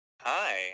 Hi